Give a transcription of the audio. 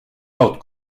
out